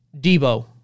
Debo